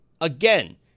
again